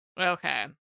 Okay